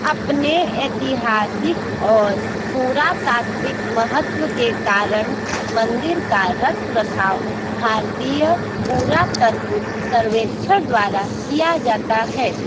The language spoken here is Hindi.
अपने ऐतिहासिक और पुरातात्विक महत्व के कारण मंदिर का रख रखाव भारतीय पुरातत्व सर्वेक्षण द्वारा किया जाता है